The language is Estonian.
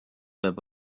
peab